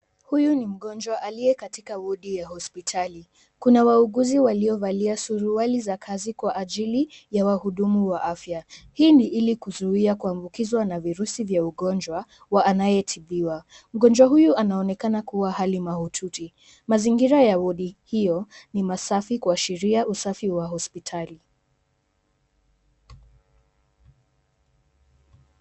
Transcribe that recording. Huyu ni mgonjwa aliye katika wodi ya hospitali .Kuna wauguzi waliovalia suruali za kazi kwa ajili ya wahudumu wa afya. Hii ni ili kuzuia kuambukizwa na virusi vya ugonjwa kwa anayetibiwa. Mgonjwa huyu anaonekana kuwa hali mahututi. Mazingira ya wodi hiyo ni masafi kuashiria usafi wa hospitali.